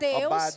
Deus